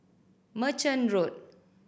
Merchant Road